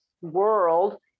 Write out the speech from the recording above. world